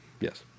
Yes